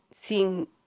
seeing